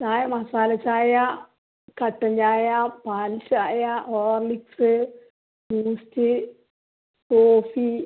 ചായ മസാല ചായ കട്ടൻ ചായ പാൽ ചായ ഹോർലിക്ക്സ് ബൂസ്റ്റ് കോഫി